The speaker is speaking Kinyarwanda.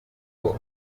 koko